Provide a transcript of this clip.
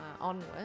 onwards